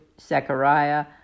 Zechariah